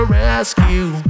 rescue